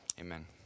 Amen